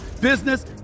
business